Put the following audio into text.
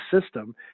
system